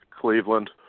Cleveland